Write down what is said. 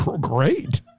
Great